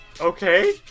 okay